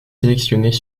sélectionnés